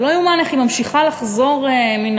זה לא ייאמן איך היא ממשיכה לחזור מן